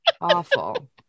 Awful